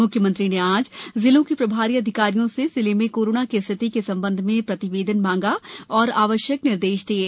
म्ख्यमंत्री ने आज जिलों के प्रभारी अधिकारियों से जिले में कोरोना की स्थिति के संबंध में प्रतिवेदन मांगा और आवश्यक निर्देश दिये